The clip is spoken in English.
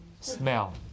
smell